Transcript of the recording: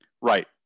right